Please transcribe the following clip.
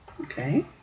Okay